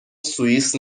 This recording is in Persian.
سوئیس